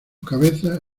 cabeza